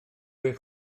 eich